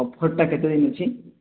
ଅଫରଟା କେତେ ଦିନ ଅଛି